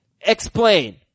Explain